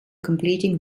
completing